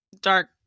dark